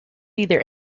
either